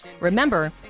Remember